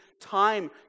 time